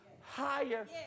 higher